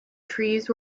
trees